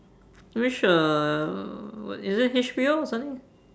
which uh what is it H_B_O or something